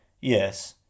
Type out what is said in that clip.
Yes